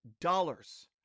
dollars